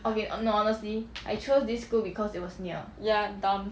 ya dumb